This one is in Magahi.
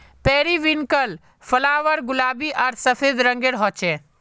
पेरिविन्कल फ्लावर गुलाबी आर सफ़ेद रंगेर होचे